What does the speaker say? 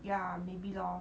ya maybe lor